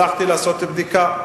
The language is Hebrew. הלכתי לעשות בדיקה.